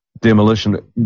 demolition